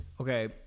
Okay